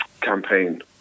campaign